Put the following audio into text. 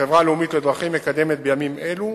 החברה הלאומית לדרכים מקדמת בימים אלו